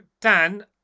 Dan